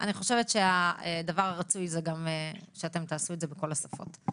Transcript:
אני חושבת שהדבר הרצוי זה גם שאתם תעשו את זה בכל השפות.